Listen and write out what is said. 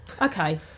Okay